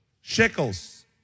shekels